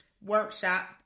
workshop